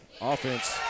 offense